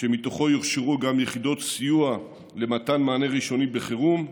שממנו יוכשרו גם יחידות סיוע למתן מענה ראשוני בחירום,